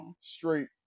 straight